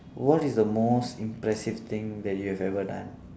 what is the most impressive thing that you have ever done